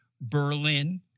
Berlin